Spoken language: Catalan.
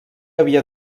havia